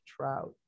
Trout